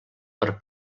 per